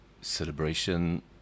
celebration